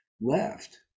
left